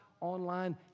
online